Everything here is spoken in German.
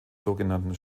sogenannten